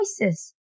choices